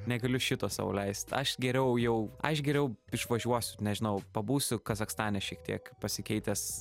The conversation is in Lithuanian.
negaliu šito sau leist aš geriau jau aš geriau išvažiuosiu nežinau pabūsiu kazachstane šiek tiek pasikeitęs